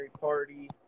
party